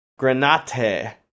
granate